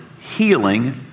healing